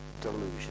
Delusion